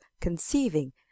conceiving